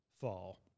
fall